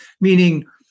meaning